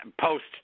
post